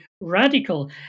radical